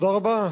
תודה רבה.